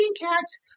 cats